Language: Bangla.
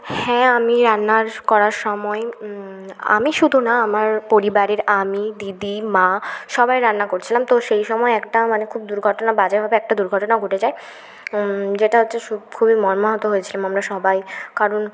হ্যাঁ আমি রান্নার করার সময় আমি শুধু না আমার পরিবারের আমি দিদি মা সবাই রান্না করছিলাম তো সেই সময় একটা মানে খুব দুর্ঘটনা বাজেভাবে একটা দুর্ঘটনা ঘটে যায় যেটা হচ্ছে সু খুবই মর্মাহত হয়েছিলো আমরা সবাই কারণ